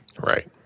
Right